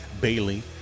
Bailey